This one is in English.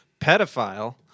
Pedophile